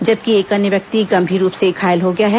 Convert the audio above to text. जबकि एक अन्य व्यक्ति गंभीर रूप घायल हो गया है